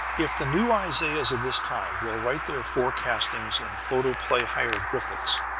if the new isaiahs of this time will write their forecastings in photoplay hieroglyphics,